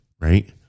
right